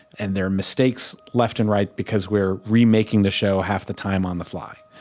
and there are mistakes left and right because we're remaking the show half the time on the fly.